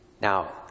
Now